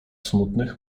smutnych